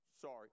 sorry